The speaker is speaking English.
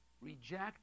reject